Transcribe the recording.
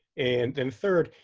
and then third,